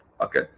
Okay